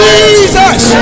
Jesus